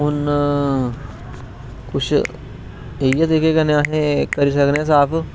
हून कुछ इयै तरीके कन्नै अस करी सकने आं साफ